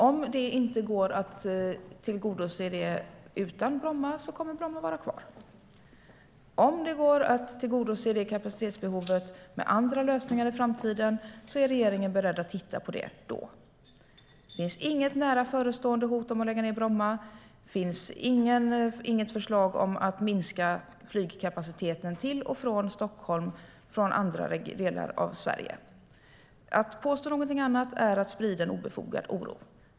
Om det inte går att tillgodose det kapacitetsbehovet utan Bromma kommer Bromma att vara kvar. Om det i framtiden går att tillgodose det med andra lösningar är regeringen beredd att titta på det då. Det finns inget nära förestående hot om att lägga ned Bromma. Det finns inget förslag om att minska flygkapaciteten mellan Stockholm och andra delar av Sverige. Att påstå någonting annat är att sprida obefogad oro.